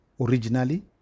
Originally